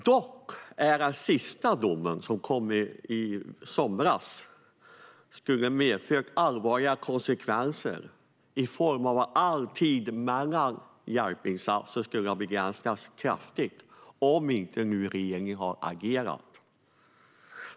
Dock skulle domen som kom i somras ha medfört allvarliga konsekvenser i form av att all tid mellan hjälpinsatser skulle ha begränsats kraftigt - om inte regeringen hade agerat.